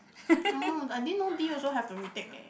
oh I din know D also have to retake leh